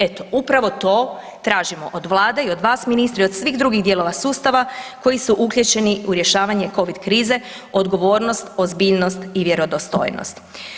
Eto, upravo to tražimo od vlade i od vas ministre i od svih drugih dijelova sustava koji su uključeni u rješavanje covid krize, odgovornost, ozbiljnost i vjerodostojnost.